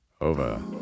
over